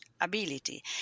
ability